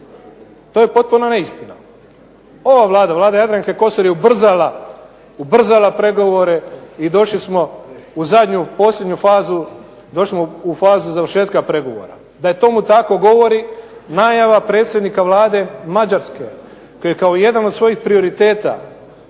To je potpuna neistina. Ova Vlada, Vlada Jadranke Kosor je ubrzala pregovore i došli smo u zadnju, posljednju fazu, došli smo u fazu završetka pregovora. Da je tomu tako govori najava predsjednika Vlade Mađarske koji je kao jedan od svojih prioriteta